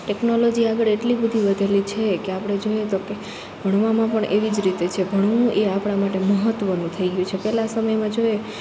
technology આગળ એટલી બધી વધેલી છે કે આપણે જોઈએ તો કે ભણવામાં પણ એવી જ રીતે છે ભણવું એ આપણા માટે મહત્ત્વનું થઈ ગયું છે પહેલાંના સમયમાં જોઈએ